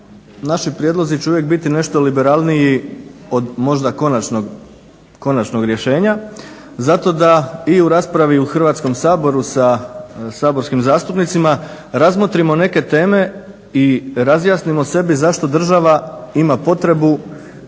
Naši prijedlozi će uvijek biti nešto liberalniji od možda konačnog rješenja zato da i u raspravi u Hrvatskom saboru sa saborskim zastupnicima razmotrimo neke teme i razjasnimo sebi zašto država ima potrebu